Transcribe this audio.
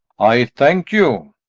i thank you.